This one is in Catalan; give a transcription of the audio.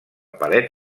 paret